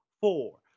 four